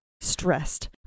Stressed